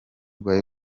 rwa